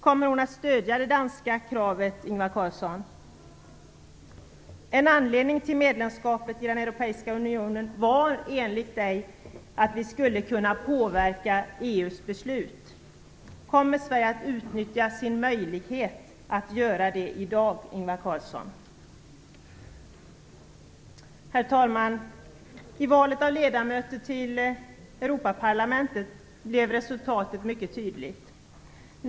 Kommer hon att stödja det danska kravet, Ingvar Carlsson? En anledning till medlemskapet i den europeiska unionen var enligt Ingvar Carlsson att vi skulle kunna påverka EU:s beslut. Kommer Sverige att utnyttja sin möjlighet att göra det i dag, Ingvar Carlsson? Herr talman! I valet av ledamöter till Europaparlamentet blev resultatet mycket tydligt.